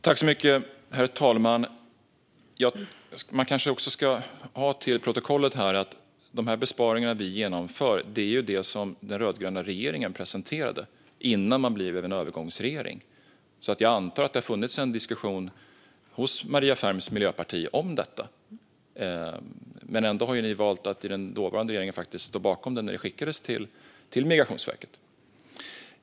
Herr talman! Man kanske ska ta till protokollet att de besparingar vi genomför är dem som den rödgröna regeringen presenterade innan man blev en övergångsregering. Jag antar därför att det har funnits en diskussion i Maria Ferms parti om detta. Ändå har ni valt att i den dåvarande regeringen faktiskt stå bakom detta när det skickades till Migrationsverket.